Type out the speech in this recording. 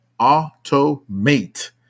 Automate